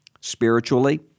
spiritually